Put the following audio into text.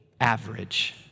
average